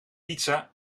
pizza